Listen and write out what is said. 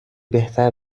بهتر